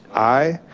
aye.